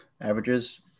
averages